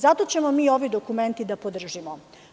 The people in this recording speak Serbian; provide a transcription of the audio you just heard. Zato ćemo mi ovaj dokument da podržimo.